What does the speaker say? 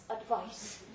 advice